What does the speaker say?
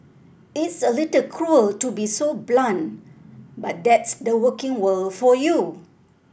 it's a little cruel to be so blunt but that's the working world for you